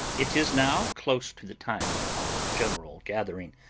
it is now close to the time of our general gathering.